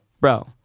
Bro